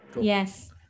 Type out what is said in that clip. Yes